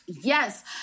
Yes